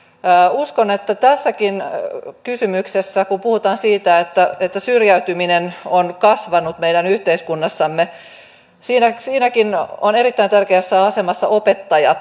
uskon että tässäkin kysymyksessä kun puhutaan siitä että syrjäytyminen on kasvanut meidän yhteiskunnassamme ovat erittäin tärkeässä asemassa opettajat